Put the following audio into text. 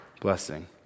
blessing